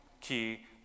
key